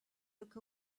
look